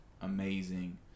amazing